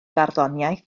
farddoniaeth